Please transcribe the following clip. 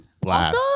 blast